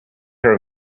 her